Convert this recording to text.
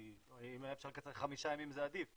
כי אם היה אפשר לקצר לחמישה ימים זה עדיף,